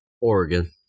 Oregon